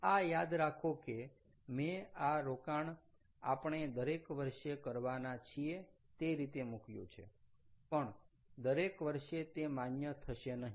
આ યાદ રાખો કે મે આ રોકાણ આપણે દરેક વર્ષે કરવાના છીએ તે રીતે મૂક્યું છે પણ દરેક વર્ષે તે માન્ય થશે નહીં